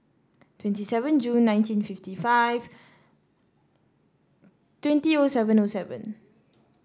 twenty seven Jun nineteen fifty five twenty O seven O seven